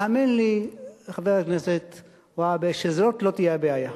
האמן לי, חבר הכנסת והבה, שזאת לא תהיה הבעיה.